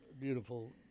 beautiful